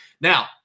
Now